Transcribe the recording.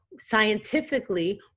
scientifically